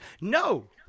No